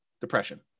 depression